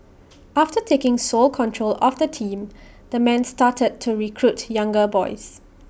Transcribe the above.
after taking sole control of the team the man started to recruit younger boys